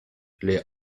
les